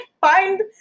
find